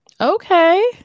Okay